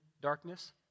darkness